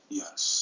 yes